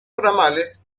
ramales